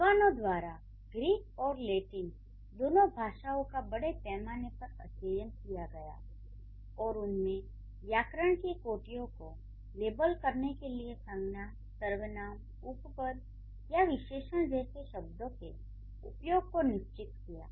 विद्वानों द्वारा ग्रीक और लैटिन दोनों भाषाओं का बड़े पैमाने पर अध्ययन किया गया और उनमें व्याकरण की कोटियों को लेबल करने के लिए संज्ञा सर्वनाम उपपद या विशेषण जैसे शब्दों के उपयोग को निश्चित किया